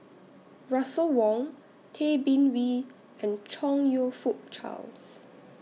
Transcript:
Russel Wong Tay Bin Wee and Chong YOU Fook Charles